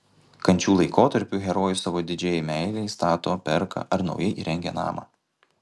kančių laikotarpiu herojus savo didžiajai meilei stato perka ar naujai įrengia namą